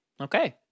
Okay